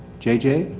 jj,